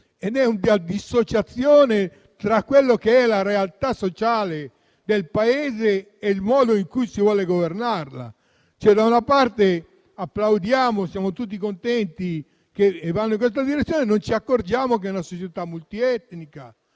è una dissociazione tra la realtà sociale del Paese e il modo in cui si vuole governarla. Da una parte applaudiamo e siamo tutti contenti che si vada in questa direzione, ma non ci accorgiamo che si tratta di una società multietnica